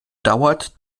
dauert